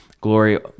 glory